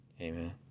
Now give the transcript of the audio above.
Amen